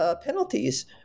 penalties